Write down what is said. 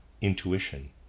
intuition